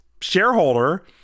shareholder